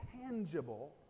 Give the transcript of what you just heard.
tangible